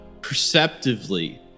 perceptively